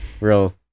Real